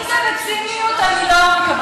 אם זה בציניות, אני לא מקבלת.